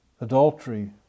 adultery